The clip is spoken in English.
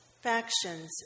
factions